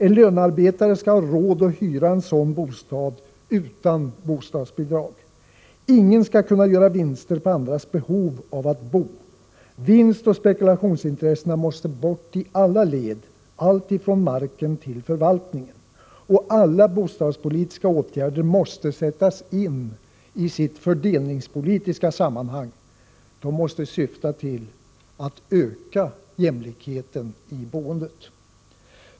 En lönarbetare skall ha råd att hyra en sådan bostad utan bostadsbidrag. Ingen skall kunna göra vinster på andras behov av att bo. Vinstoch spekulationsintressena måste bort i alla led, alltifrån marken till förvaltningen. Alla bostadspolitiska åtgärder måste sättas in i sitt fördelningspolitiska sammanhang. De måste syfta till att öka jämlikheten i boendet.